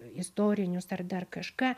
istorinius ar dar kažką